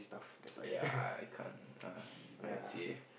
ya I I can't uh I see